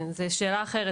זוהי שאלה אחרת,